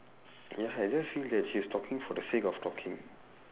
ya I just feel that she is talking for the sake of talking